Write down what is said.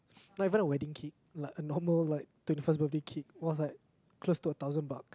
not even a wedding cake like a normal like twenty first birthday cake it was like close to a thousand buck